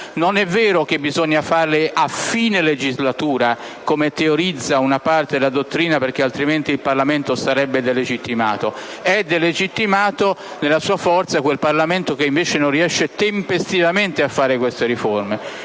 Non è vero che bisogna farle a fine legislatura, come teorizza una parte della dottrina, perché altrimenti il Parlamento sarebbe delegittimato. È delegittimato nella sua forza quel Parlamento che invece non riesce tempestivamente a fare queste riforme.